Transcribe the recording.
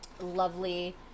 lovely